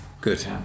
Good